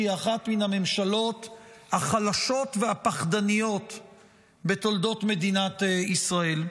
שהיא אחת מן הממשלות החלשות והפחדניות בתולדות מדינת ישראל.